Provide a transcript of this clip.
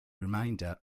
remainder